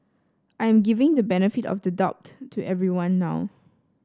I am giving the benefit of the doubt to everyone now